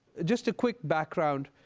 just a quick background.